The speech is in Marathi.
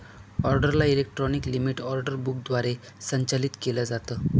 ऑर्डरला इलेक्ट्रॉनिक लिमीट ऑर्डर बुक द्वारे संचालित केलं जातं